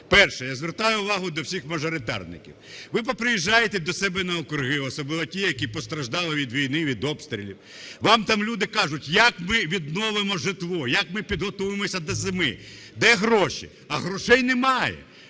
Перше. Я звертаю увагу до всіх мажоритарників. Ви поприїжджаєте до себе на округи, особливо ті, які постраждали від війни, від обстрілів. Вам там люди кажуть: як ми відновимо житло, як ми підготуємося до зими, де гроші? А грошей немає,